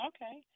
Okay